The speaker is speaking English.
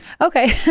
Okay